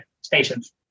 stations